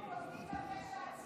אנחנו מודים בפשע הציוני,